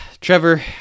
Trevor